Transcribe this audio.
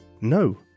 No